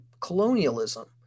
colonialism